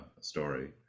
story